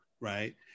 right